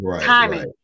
timing